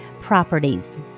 properties